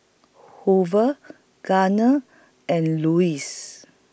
Hoover Gardner and Louis